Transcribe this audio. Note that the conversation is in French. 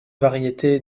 variété